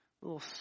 little